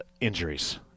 injuries